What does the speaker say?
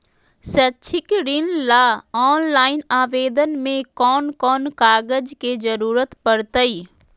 शैक्षिक ऋण ला ऑनलाइन आवेदन में कौन कौन कागज के ज़रूरत पड़तई?